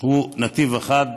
היא נתיב אחד?